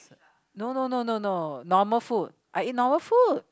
no no no no no normal food I eat normal food